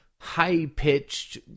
high-pitched